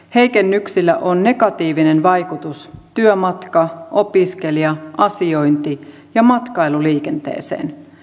heikennyksillä on negatiivinen vaikutus työmatka opiskelija asiointi ja matkailuliikenteeseen